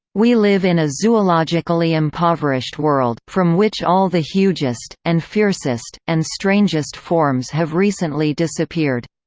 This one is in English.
we live in a zoologically impoverished world, from which all the hugest, and fiercest, and strangest forms have recently disappeared.